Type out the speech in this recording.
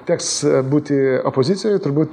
teks būti opozicijoj turbūt